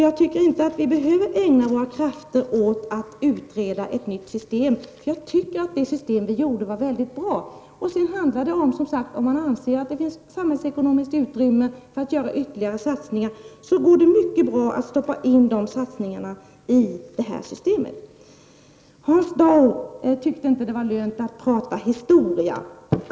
Jag tycker inte att vi behöver ägna några krafter åt att utreda ett nytt system. Det system som vi har utformat är väldigt bra, Det handlar sedan om huruvida man anser att det finns samhällsekonomiskt utrymme för att göra ytterligare satsningar. Det går då mycket bra att stoppa in de satsningarna i det här systemet. Hans Dau tyckte inte att det var lönt att prata historia.